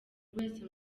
wese